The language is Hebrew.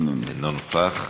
אינו נוכח.